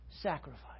sacrifice